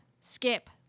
skip